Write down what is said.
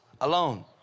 alone